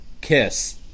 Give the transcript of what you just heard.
KISS